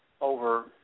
over